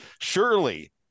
Surely